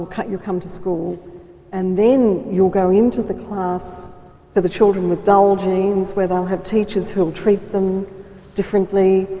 or you come to school and then you'll go into the class for the children with dull genes where they'll have teachers who'll treat them differently,